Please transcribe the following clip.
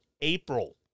April